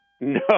no